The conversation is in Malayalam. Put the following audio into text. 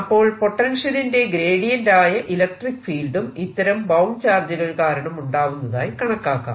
അപ്പോൾ പൊട്ടൻഷ്യലിന്റെ ഗ്രേഡിയന്റ് ആയ ഇലക്ട്രിക്ക് ഫീൽഡും ഇത്തരം ബൌണ്ട് ചാർജുകൾ കാരണം ഉണ്ടാവുന്നതായി കണക്കാക്കാം